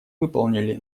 выполнили